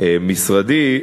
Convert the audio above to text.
משרדי.